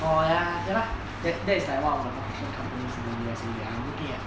oh ya okay lah that's that's like one of the construction companies in the U_S that I'm looking at